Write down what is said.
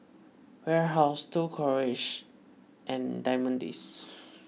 Warehouse Cold Storage and Diamond Days